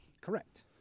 Correct